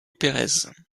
pérez